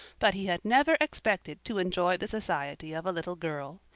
but he had never expected to enjoy the society of a little girl.